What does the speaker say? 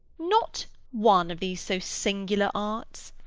not one of these so singular arts.